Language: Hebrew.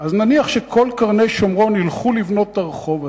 נניח שכל קרני-שומרון ילכו לבנות את הרחוב הזה,